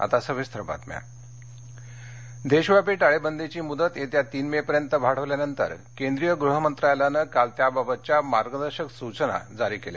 मार्गदर्शक सचना देशव्यापी टाळेबदीची मुदत येत्या तीन मे पर्यंत वाढवल्यानंतर केंद्रीय गृहमंत्रालयानं काल त्याबाबतच्या मार्गदर्शक सूचना जारी केल्या